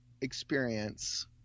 experience